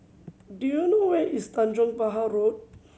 do you know where is Tanjong Pahar Road